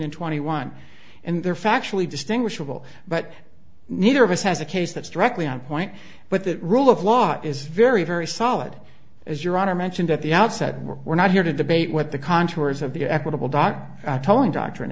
and twenty one and they're factually distinguishable but neither of us has a case that's directly on point but the rule of law is very very solid as your honor mentioned at the outset we're not here to debate what the contours of the equitable doc telling doctrine